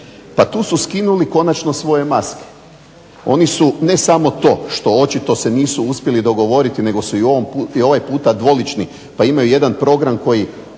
pa tu su skinuli konačno svoje maske. Oni su ne samo to što očito se nisu uspjeli dogovoriti nego su i ovaj puta dvolični pa imaju jedan program koji